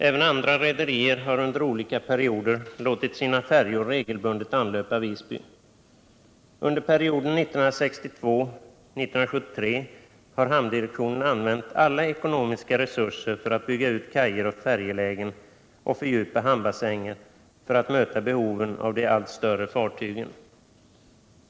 Även andra rederier har under olika perioder låtit sina färjor regelbundet anlöpa Visby. Under perioden 1962-1973 har hamndirektionen använt alla ekonomiska resurser för att bygga ut kajer och färjelägen och fördjupa hamnbassänger för att möta behoven för de allt större fartygen.